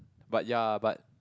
but ya but